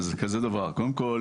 קודם כל,